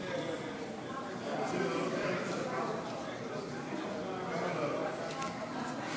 התוצאות: 43 תומכים, 46